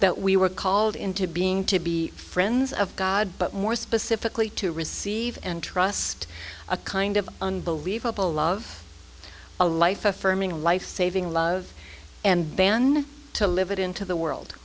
that we were called into being to be friends of god but more specifically to receive and trust a kind of unbelievable love a life affirming a life saving love and ban to live it into the world